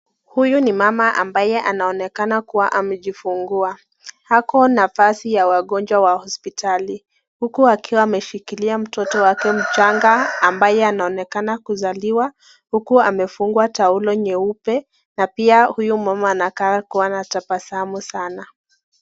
Huyu ni mama ambaye anaonekana kuwa amejifungua, Ako na vazi la wagonjwa hospitali, huku akiwa ameshikilia mtoto wake mchanga ambaye anaonekana kuzaliwa huku amefungwa taulo nyeupe na pia huyu mama anakaa kuwa ana tabasamu sanaa.